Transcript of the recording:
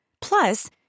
Plus